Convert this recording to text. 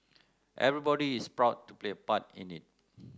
everybody is proud to play a part in it